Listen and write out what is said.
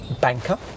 banker